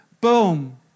Boom